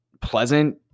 pleasant